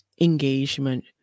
engagement